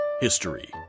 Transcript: History